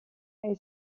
hij